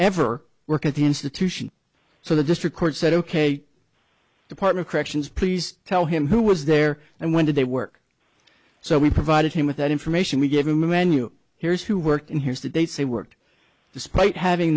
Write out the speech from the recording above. ever work at the institution so the district court said ok department corrections please tell him who was there and when did they work so we provided him with that information we gave him a menu here's who worked in his debates they worked despite having